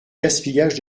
gaspillage